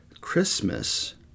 Christmas